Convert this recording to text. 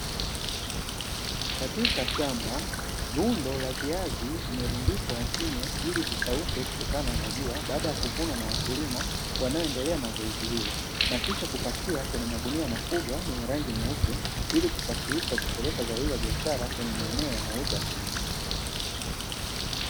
Katika shamba, lundo la viazi vimerundikwa chini, ili vikauke kutokana na jua wakulima wanaondelea na zoezi hilo na kisha kupakia kwenye magunia makubwa yenye rangi nyeupe, ili kusafirisha kupeleka zao hilo la biashara kwenye maeneo ya mauzo ya kilimo.